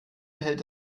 hält